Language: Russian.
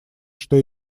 что